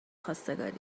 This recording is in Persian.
خواستگاری